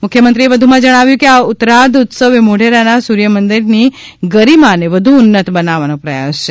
મુખ્યમંત્રીએ વધુમાં જણાવ્યું હતું કે આ ઉત્તરાર્ધ ઉત્સવ એ મોઢેરાના સૂર્યમંદિરની ગરિમાને વધુ ઉન્નત બનાવવાનો પ્રયાસ છે